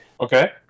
Okay